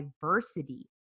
diversity